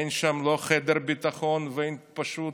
אין שם חדר ביטחון ואין פשוט